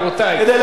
כדי להבהיר,